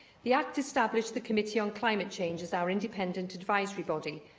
the act established the committee on climate change as our independent advisory body,